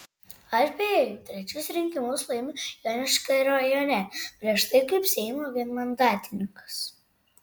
aš beje jau trečius rinkimus laimiu joniškio rajone prieš tai kaip seimo vienmandatininkas